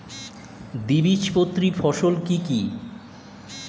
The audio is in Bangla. দ্বিবীজপত্রী ফসল কি কি?